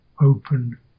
open